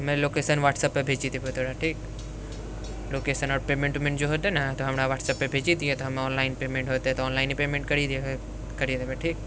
हमे लोकेशन व्हाट्सएपपर भेजि देबऽ तोरऽ ठीक लोकेशन आओर पेमेम्ट वेमेन्ट जे हेतऽ ने हमरा व्हाट्सएपपर भेजि दिहऽ तऽ हमे ऑनलाइन पेमेन्ट हेतै तऽ ऑनलाइन करि देबै करि देबै ठीक